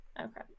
Okay